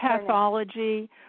pathology